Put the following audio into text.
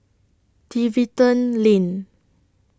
Tiverton Lane